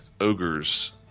ogres